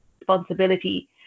responsibility